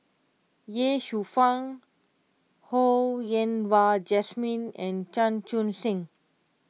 Ye Shufang Ho Yen Wah Jesmine and Chan Chun Sing